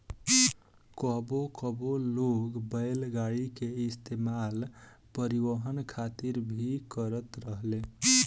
कबो कबो लोग बैलगाड़ी के इस्तेमाल परिवहन खातिर भी करत रहेले